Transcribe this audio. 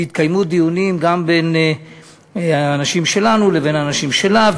והתקיימו דיונים בין אנשים שלנו לבין אנשים שלה,